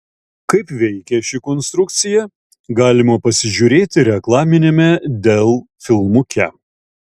kaip veikia ši konstrukcija galima pasižiūrėti reklaminiame dell filmuke